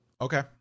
Okay